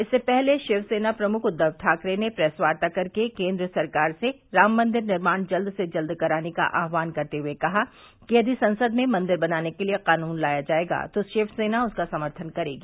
इससे पहले शिवसेना प्रमुख उद्दव ठाकरे ने प्रेस वार्ता करके केन्द्र सरकार से राम मंदिर निर्माण जल्द से जल्द कराने का आह्वान करते हुए कहा कि यदि संसद में मंदिर बनाने के लिये कानून लाया जायेगा तो शिवसेना उसका समर्थन करेगी